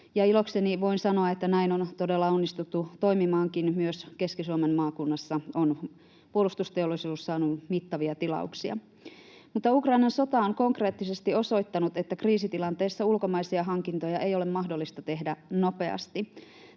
Ilokseni voin sanoa, että näin on todella onnistuttu toimimaankin. Myös Keski-Suomen maakunnassa puolustusteollisuus on saanut mittavia tilauksia. Mutta Ukrainan sota on konkreettisesti osoittanut, että kriisitilanteessa ulkomaisia hankintoja ei ole mahdollista tehdä nopeasti.